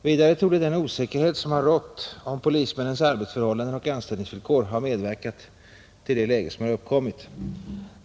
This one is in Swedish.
Vidare torde den osäkerhet som har rått angående polismännens arbetsförhållanden och anställningsvillkor ha medverkat till det uppkomna läget.